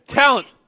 talent